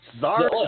Sorry